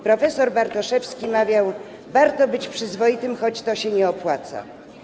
Prof. Bartoszewski mawiał: Warto być przyzwoitym, choć to się nie opłaca.